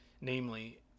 namely